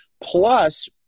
Plus